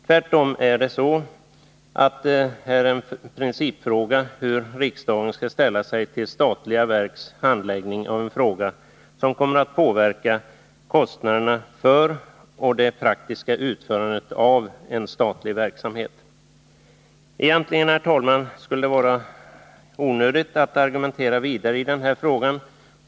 Tvärtom är det här en principfråga om hur riksdagen skall ställa sig till statliga verks handläggning av en fråga som kommer att påverka kostnaderna för och det praktiska utförandet av en statlig verksamhet. Egentligen skulle det vara onödigt att argumentera vidare i den här frågan.